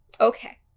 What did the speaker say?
Okay